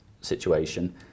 situation